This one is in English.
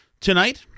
tonight